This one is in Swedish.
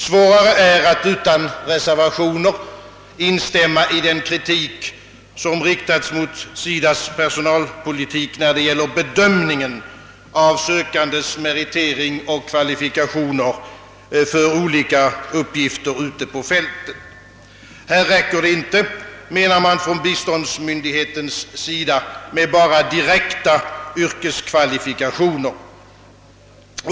Svårare är att utan reservationer instämma i den kritik, som riktats mot SIDA :s personalpolitik, när det gäller bedömningen av sökandes meritering och kvalifikationer för olika uppgifter ute på fältet. Här räcker det inte, menar biståndsmyndigheten, med bara direkta yrkeskvalifikationer.